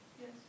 Yes